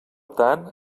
tant